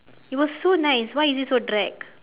it was so nice why is it so drag